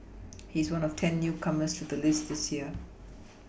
he is one of ten newcomers to the list this year